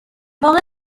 واقع